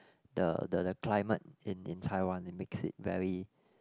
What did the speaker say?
the the the climate in in Taiwan it makes it very